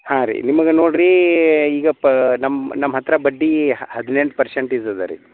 ಹಾಂ ರೀ ನಿಮಗೆ ನೋಡ್ರಿ ಈಗ ಪಾ ನಮ್ಮ ನಮ್ಮ ಹತ್ತಿರ ಬಡ್ಡಿ ಹದಿನೆಂಟು ಪರ್ಸೆಂಟ್ ಇದೆ ರೀ